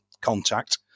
contact